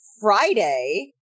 Friday